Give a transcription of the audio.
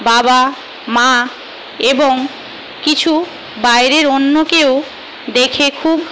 বাবা মা এবং কিছু বাইরের অন্য কেউ দেখে খুব